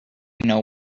know